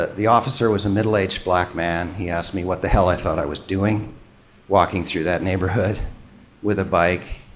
the the officer was a middle-aged black man. he asked me what the hell i thought i was doing walking through that neighborhood with a bike,